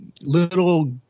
little